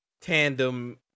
tandem